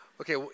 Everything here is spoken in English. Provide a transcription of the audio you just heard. Okay